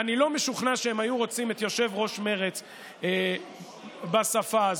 אני לא משוכנע שהם היו רוצים את יושב-ראש מרצ בשפה הזאת.